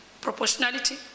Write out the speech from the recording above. proportionality